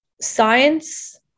science